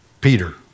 Peter